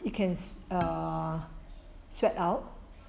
you can uh sweat out